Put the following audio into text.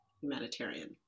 humanitarian